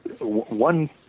One